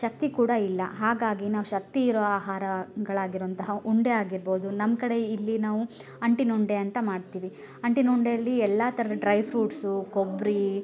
ಶಕ್ತಿ ಕೂಡ ಇಲ್ಲ ಹಾಗಾಗಿ ನಾವು ಶಕ್ತಿ ಇರೋ ಆಹಾರಗಳಾಗಿರುವಂತಹ ಉಂಡೆ ಆಗಿರ್ಬೋದು ನಮ್ಮ ಕಡೆ ಇಲ್ಲಿ ನಾವು ಅಂಟಿನುಂಡೆ ಅಂತ ಮಾಡ್ತೀವಿ ಅಂಟಿನುಂಡೆಯಲ್ಲಿ ಎಲ್ಲಾ ಥರದ ಡ್ರೈ ಫ್ರೂಟ್ಸು ಕೊಬ್ಬರಿ